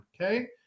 Okay